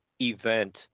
event